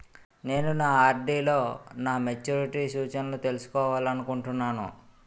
నేను నా ఆర్.డి లో నా మెచ్యూరిటీ సూచనలను తెలుసుకోవాలనుకుంటున్నాను